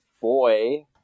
boy